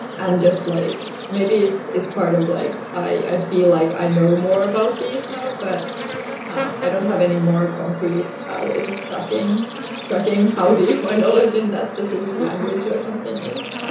and just like maybe it's it's part of like i feel like i know more about these now, but i don't have any more concrete ways of tracking tracking how deep my knowledge in that specific language or something is.